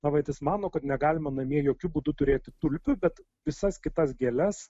na vat jis mano kad negalima namie jokiu būdu turėti tulpių bet visas kitas gėles